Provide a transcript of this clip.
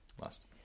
last